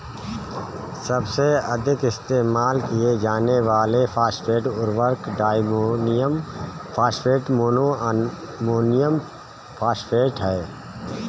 सबसे अधिक इस्तेमाल किए जाने वाले फॉस्फेट उर्वरक diammonium phosphate, mono ammonium phosphate हैं